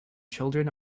children